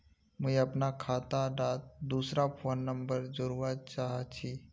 मुई अपना खाता डात दूसरा फोन नंबर जोड़वा चाहची?